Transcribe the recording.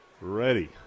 Ready